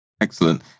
Excellent